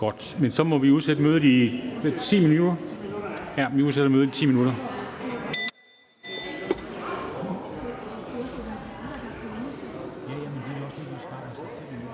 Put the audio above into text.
over det. Vi udsætter mødet i 10 minutter.